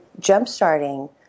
jumpstarting